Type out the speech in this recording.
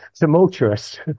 tumultuous